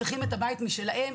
צריכים את הבית משלהם.